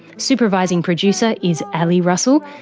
supervising producer is ali russell.